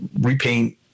repaint